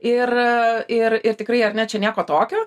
ir ir ir tikrai ar ne čia nieko tokio